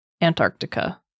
Antarctica